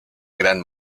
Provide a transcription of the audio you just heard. gran